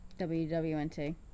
WWNT